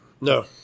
No